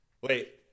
Wait